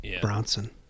Bronson